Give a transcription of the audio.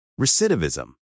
Recidivism